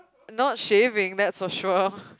not shaving that's for sure